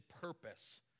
purpose